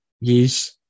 Yes